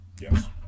Yes